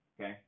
okay